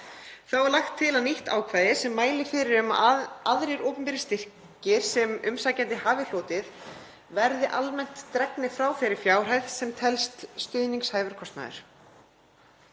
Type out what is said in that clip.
Þá er lagt til nýtt ákvæði sem mælir fyrir um að aðrir opinberir styrkir sem umsækjandi hafi hlotið verði almennt dregnir frá þeirri fjárhæð sem telst stuðningshæfur kostnaður.